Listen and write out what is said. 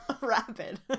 Rapid